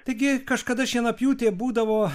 taigi kažkada šienapjūtė būdavo